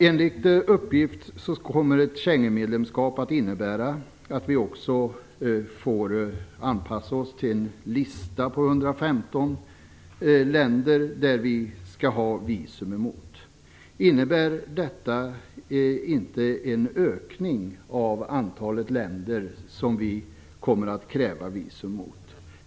Enligt uppgift kommer ett Schengenmedlemskap att innebära att vi också får anpassa oss till en lista på 115 länder som Sverige skall ha visum mot. Innebär detta inte en ökning av antalet länder som vi kommer att kräva visum mot?